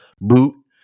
boot